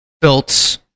built